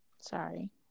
sorry